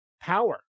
power